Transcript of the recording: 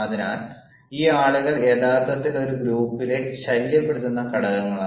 അതിനാൽ ഈ ആളുകൾ യഥാർത്ഥത്തിൽ ഒരു ഗ്രൂപ്പിലെ ശല്യപ്പെടുത്തുന്ന ഘടകങ്ങളാണ്